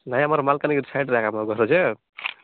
ନାଇଁ ଆମର ମାଲକାନଗିରି ସାଇଡ଼ରେ ଏକା ଆମର ଘର ଯେ